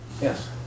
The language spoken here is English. Yes